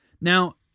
Now